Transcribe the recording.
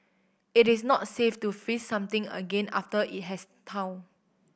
it is not safe to freeze something again after it has thawed